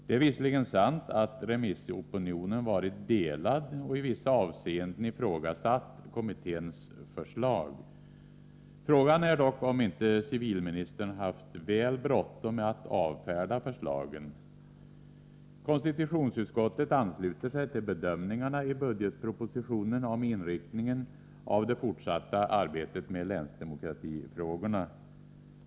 Det är visserligen sant att remissopinionen varit delad och i vissa avseenden ifrågasatt kommitténs förslag. Frågan är dock om inte civilministern haft väl bråttom med att avfärda förslagen. Konstitutionsutskottet ansluter sig till bedömningarna i budgetpropositionen om inriktningen av det fortsatta arbetet med länsdemokratifrågorna.